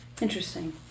Interesting